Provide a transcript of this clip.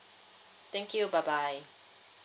thank you bye bye